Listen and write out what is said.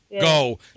Go